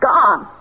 Gone